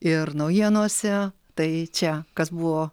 ir naujienose tai čia kas buvo